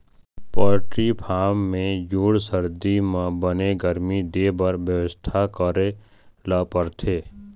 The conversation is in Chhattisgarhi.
पोल्टी फारम म जूड़ सरदी म बने गरमी देबर बेवस्था करे ल परथे